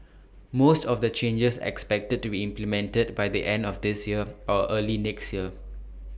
most of the changes are expected to be implemented by the end of this year or early next year